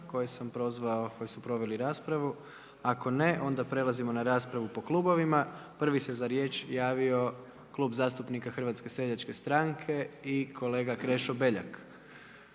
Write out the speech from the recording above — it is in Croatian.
koje sam prozvao, koji su proveli raspravu. Ako ne, onda prelazimo na raspravu po klubovima. Prvi se za riječ javio Klub zastupnika Hrvatske seljačke stranke i kolega Krešo Beljak.